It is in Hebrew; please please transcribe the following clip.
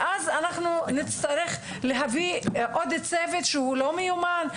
ואז נצטרך להביא עוד צוות שהוא לא מיומן,